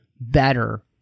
better